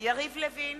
יריב לוין,